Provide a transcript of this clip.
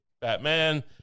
Batman